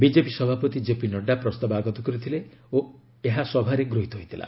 BJP ସଭାପତି JP Nadda ପ୍ରସ୍ତାବ ଆଗତ କରିଥିଲେ ଓ ଏହା ସଭାରେ ଗୃହିତ ହୋଇଥିଲା